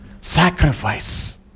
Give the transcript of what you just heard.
sacrifice